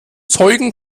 zeugen